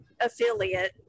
affiliate